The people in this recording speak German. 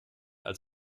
als